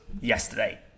yesterday